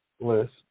list